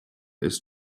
ist